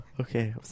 Okay